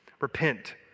Repent